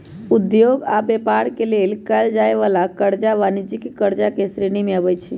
उद्योग आऽ व्यापार के लेल कएल जाय वला करजा वाणिज्यिक करजा के श्रेणी में आबइ छै